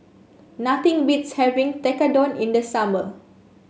nothing beats having Tekkadon in the summer